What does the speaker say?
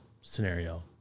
scenario